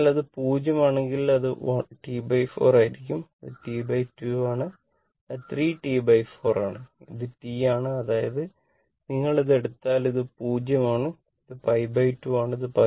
അതിനാൽ അത് 0 ആണെങ്കിൽ അത് T4 ആയിരിക്കും അത് T2 ആണ് അത് 3 T4 ആണ് ഇത് T ആണ് അതായത് നിങ്ങൾ ഇത് എടുത്താൽ ഇത് 0 ആണ് ഇത് π2 ആണ്